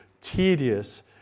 tedious